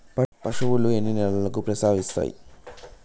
పశువులు ఎన్ని నెలలకు ప్రసవిస్తాయి?